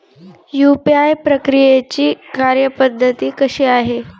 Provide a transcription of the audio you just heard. UPI प्रक्रियेची कार्यपद्धती कशी आहे?